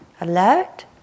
alert